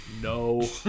No